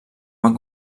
van